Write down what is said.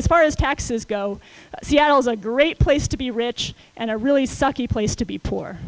as far as taxes go seattle's a great place to be rich and a really sucky place to be poor